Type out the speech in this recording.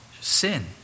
sin